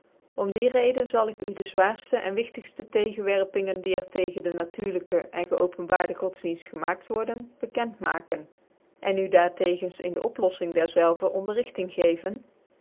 om die reden zal ik u de zwaarftc cn wigtigftc tegenwerpingen die er tegen dc natuurlijke cn geopenbaarde godsdienft gemaakt worden bekend maken cn u daar tegen in de oploiïing der zelve onderrigcing gecven